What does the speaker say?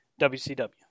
WCW